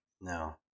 No